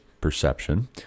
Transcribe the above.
perception